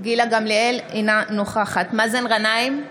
אינה נוכחת מאזן גנאים,